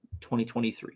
2023